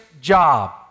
job